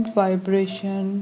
vibration